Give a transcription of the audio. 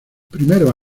primeros